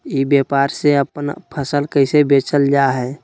ई व्यापार से अपन फसल कैसे बेचल जा हाय?